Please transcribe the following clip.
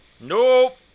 Nope